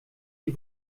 die